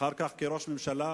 ואחר כך כראש הממשלה,